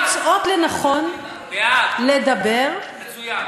מוצאות לנכון לדבר, בעד, מצוין.